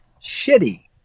shitty